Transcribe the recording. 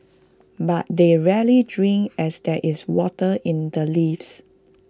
but they rarely drink as there is water in the leaves